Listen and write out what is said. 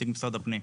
נציג משרד הפנים.